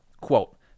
Quote